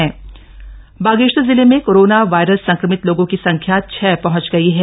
corona positive Bageshwar जिले में corona virus संक्रमित लोगों की संख्या छह पहंच गई है